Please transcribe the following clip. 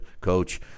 coach